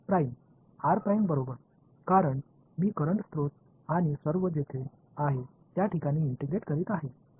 r बरोबर कारण मी करंट स्रोत आणि सर्व जेथे आहे त्या ठिकाणी इंटिग्रेट करीत आहे